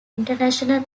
international